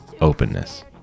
openness